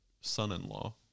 son-in-law